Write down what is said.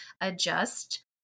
adjust